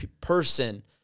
person